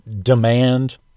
demand